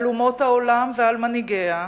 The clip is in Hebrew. על אומות העולם ועל מנהיגיהן,